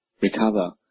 recover